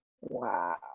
Wow